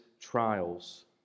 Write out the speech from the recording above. trials